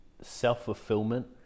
self-fulfillment